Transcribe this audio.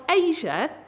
Asia